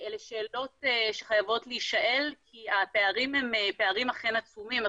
אלה שאלות שחייבות להישאל כי הפערים הן אכן פערים עצומים.